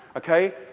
ok?